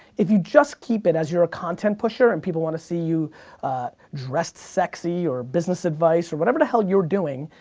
if you just keep it as you're a content pusher, and people want to see you dressed sexy or business advice, or whatever the hell you're doing,